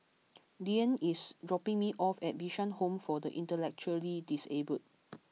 Dyan is dropping me off at Bishan Home for the Intellectually Disabled